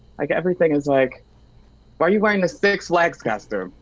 like everything is like, why are you wearing a six legs costume?